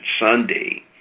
Sunday